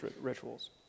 rituals